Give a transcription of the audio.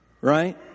right